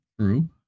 True